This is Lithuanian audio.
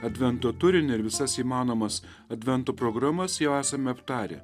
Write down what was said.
advento turinį ir visas įmanomas advento programas jau esame aptarę